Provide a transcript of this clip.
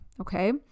okay